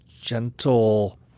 gentle